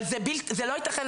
אבל זה לא יתכן,